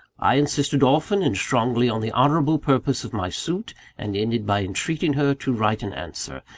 i insisted often and strongly on the honourable purpose of my suit and ended by entreating her to write an answer,